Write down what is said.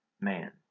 man